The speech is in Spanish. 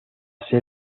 ser